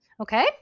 Okay